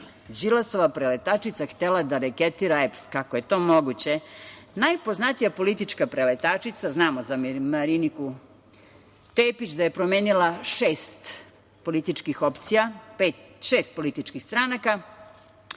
Đilasova preletačica htela da reketira EPS. Kako je to moguće? Najpoznatija politička preletačica, znamo za Mariniku Tepić da je promenila šest političkih opcija, šest političkih stranaka,